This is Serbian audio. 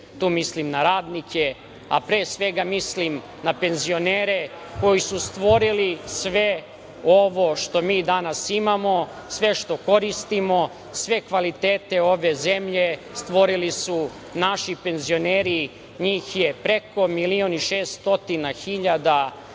tu mislim na radnike, a pre svega mislim na penzionere koji su stvorili sve ovo što mi danas imamo, sve što koristimo, sve kvalitete ove zemlje stvorili su naši penzioneri. Njih je preko milion i 600 hiljada